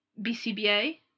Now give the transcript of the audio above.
BCBA